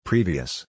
Previous